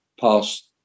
past